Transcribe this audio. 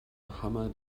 hammer